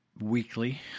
weekly